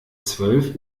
zwölf